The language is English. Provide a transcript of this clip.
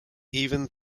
even